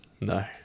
No